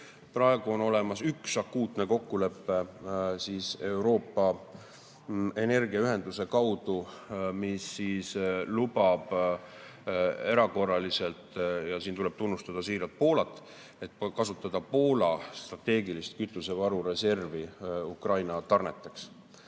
Praegu on olemas üks akuutne kokkulepe Euroopa Energiaühenduse kaudu, mis lubab erakorraliselt – ja siin tuleb siiralt tunnustada Poolat – kasutada Poola strateegilise kütusevaru reservi Ukraina tarneteks.